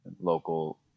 local